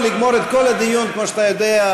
יכולנו לגמור את כל הדיון, כמו שאתה יודע,